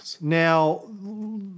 Now